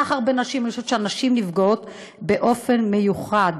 סחר בנשים, אני חושבת שהנשים נפגעות באופן מיוחד,